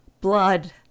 Blood